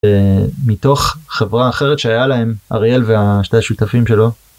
מתוך חברה אחרת שהיה להם אריאל והשתי השותפים שלו.